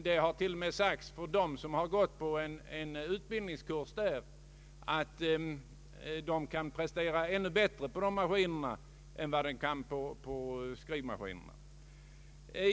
Det har till och med sagts av dem som gått på en utbildningskurs att de kan prestera ännu bättre resultat på composermaskinen än vad de kan på skrivmaskin.